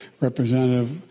Representative